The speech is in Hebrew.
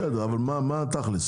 בסדר, אבל מה התכל'ס?